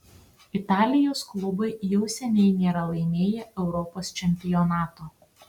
italijos klubai jau seniai nėra laimėję europos čempionato